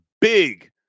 big